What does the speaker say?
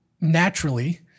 naturally